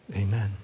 Amen